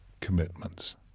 commitments